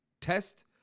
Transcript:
test